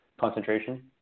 concentration